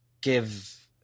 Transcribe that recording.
give